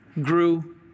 grew